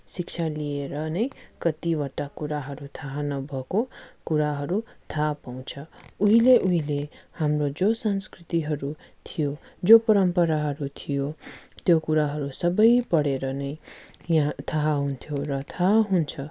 शिक्षा लिएर नै कतिवटा कुराहरू थाह नभएको कुराहरू थाहा पाउँछ उहिले उहिले हाम्रो जो संस्कृतिहरू थियो जो परम्पराहरू थियो त्यो कुराहरू सबै पढेर नै यहाँ थाहा हुन्थ्यो र थाहा हुन्छ